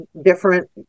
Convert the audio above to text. different